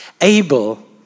Abel